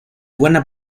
buena